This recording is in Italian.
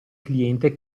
cliente